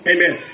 Amen